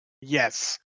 yes